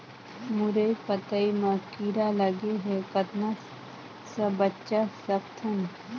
मुरई पतई म कीड़ा लगे ह कतना स बचा सकथन?